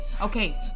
Okay